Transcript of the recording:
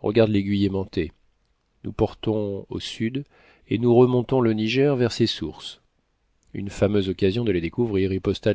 regarde l'aiguille aimantée nous portons au sud et nous remontons le niger vers ses sources une fameuse occasion de les découvrir riposta